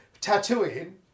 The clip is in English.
tattooing